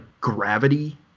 gravity